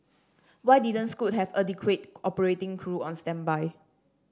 why didn't Scoot have adequate operating crew on standby